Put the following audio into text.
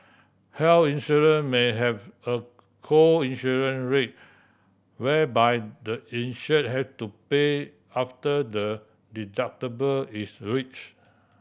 health insurance may have a co insurance rate whereby the insured have to pay after the deductible is reach